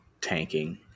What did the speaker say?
tanking